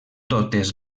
totes